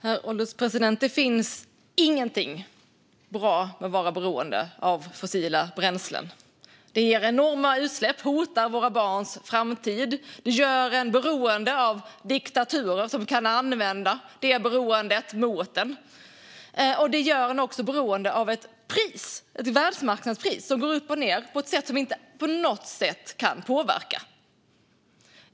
Herr ålderspresident! Det finns ingenting bra med att vara beroende av fossila bränslen. Det ger enorma utsläpp som hotar våra barns framtid. Det gör oss beroende av diktaturer, som kan använda det beroendet mot oss. Det gör oss också beroende av ett pris, ett världsmarknadspris, som går upp och ned på ett sätt som vi inte på något sätt kan påverka.